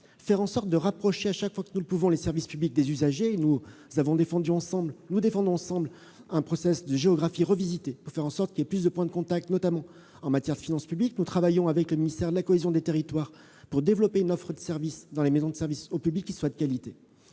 qualité des services et rapprocher, à chaque fois que nous le pouvons, les services publics des usagers. Nous défendons ensemble un de géographie revisitée, pour faire en sorte qu'il y ait plus de points de contact, notamment en matière de finances publiques. Nous travaillons avec le ministère de la cohésion des territoires pour développer une offre de services de qualité dans les maisons de services au public. Notre objectif